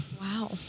Wow